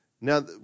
Now